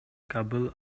кабыл